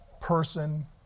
person